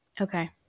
Okay